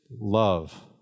love